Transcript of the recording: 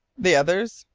the others?